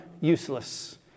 useless